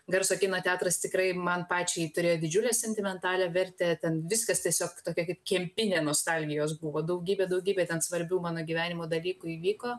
garso kino teatras tikrai man pačiai turėjo didžiulę sentimentalią vertę ten viskas tiesiog tokia kaip kempinė nostalgijos buvo daugybė daugybė ten svarbių mano gyvenimo dalykų įvyko